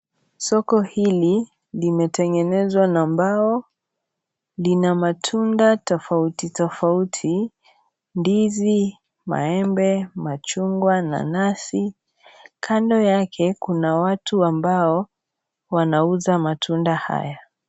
Soko hili limetengenezwa na mbao, lina matunda tofauti tofauti ndizi, maembe, machungwa, nanasi, kando yake kuna watu ambao wanauza matunda haya.